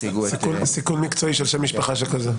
סיכון מקצועי של שם משפחה שכזה.